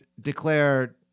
declare